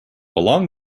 along